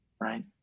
right